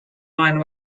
wine